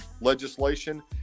legislation